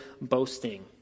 boasting